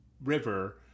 river